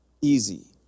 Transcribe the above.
easy